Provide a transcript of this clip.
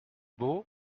beau